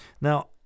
Now